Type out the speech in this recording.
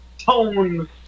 tone